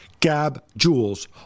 gabjules